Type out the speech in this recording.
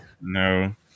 No